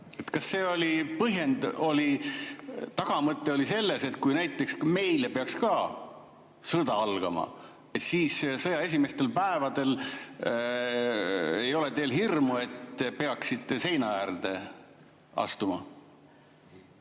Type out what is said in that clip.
vastu. Kas põhjendus või tagamõte oli see, et kui näiteks ka meil peaks sõda algama, siis sõja esimestel päevadel ei ole teil hirmu, et te peaksite seina äärde astuma?